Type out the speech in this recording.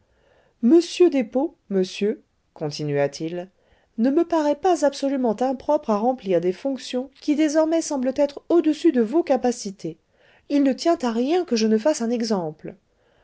m despaux monsieur continua-t-il ne me paraît pas absolument impropre à remplir des fonctions qui désormais semblent être au-dessus de vos capacités il ne tient à rien que je ne fasse un exemple